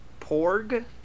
Porg